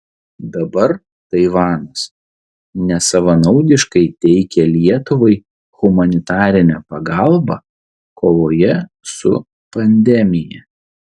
dabar taivanas nesavanaudiškai teikia lietuvai humanitarinę pagalbą kovoje su pandemija